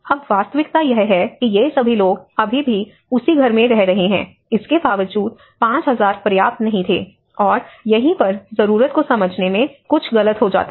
अब वास्तविकता यह है कि ये सभी लोग अभी भी उसी घर में रह रहे हैं इसके बावजूद 5000 पर्याप्त नहीं थे और यहीं पर जरूरत को समझने में कुछ गलत हो जाता है